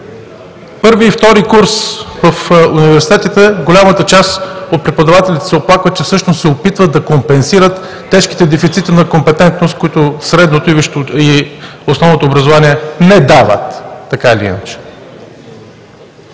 първи и втори курс в университетите голямата част от преподавателите се оплакват, че всъщност се опитват да компенсират тежките дефицити на компетентност, които средното и основното образование не дават